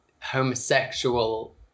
homosexual